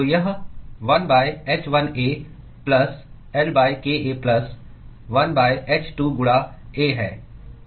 तो यह 1 h1A plus L kA plus 1 h2 गुणा A है